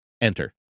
Enter